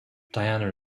diana